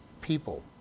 people